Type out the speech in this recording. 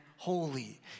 holy